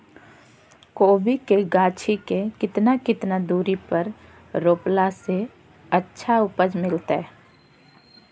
कोबी के गाछी के कितना कितना दूरी पर रोपला से अच्छा उपज मिलतैय?